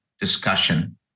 Discussion